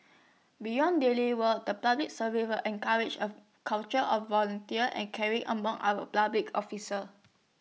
beyond daily work the public survive encourage A culture of volunteer and caring among our public officer